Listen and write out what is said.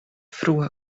frua